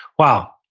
wow.